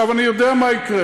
אני יודע מה יקרה.